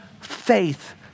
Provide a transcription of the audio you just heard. faith